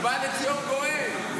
ובא לציון גואל.